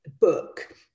book